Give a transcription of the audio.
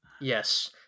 yes